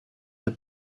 the